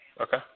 Okay